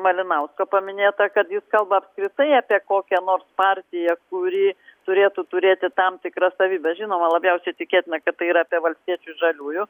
malinausko paminėta kad jis kalba apskritai apie kokią nors partiją kuri turėtų turėti tam tikras savybes žinoma labiausiai tikėtina kad tai yra apie valstiečių žaliųjų